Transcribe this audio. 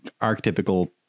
archetypical